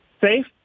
Safe